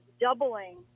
doubling